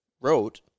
wrote